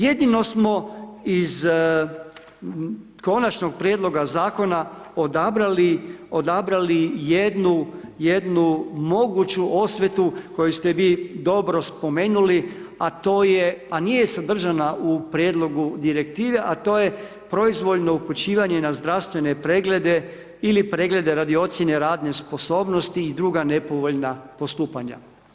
Jedino smo iz Konačnog prijedloga Zakona odabrali jednu, jednu moguću osvetu koju ste vi dobro spomenuli a to je, a nije sadržana u prijedlogu direktive a to je proizvoljno upućivanje na zdravstvene preglede ili preglede radi ocjene radne sposobnosti i druga nepovoljna postupanja.